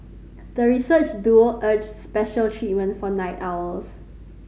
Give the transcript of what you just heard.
the research duo urged special treatment for night owls